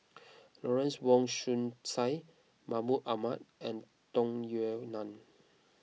Lawrence Wong Shyun Tsai Mahmud Ahmad and Tung Yue Nang